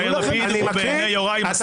יאיר לפיד בעיני יוראי הוא מסית.